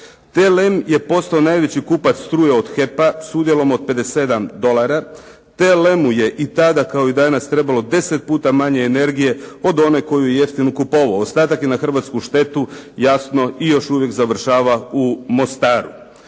TLM je postao najveći kupac struje od HEP-a s udjelom od 57 dolara. TLM-u je tada kao i danas trebalo 10 puta manje energije od one koju je jeftino kupovao. Ostatak je na hrvatsku štetu i jasno još uvijek završava u Mostaru.